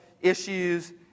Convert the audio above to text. issues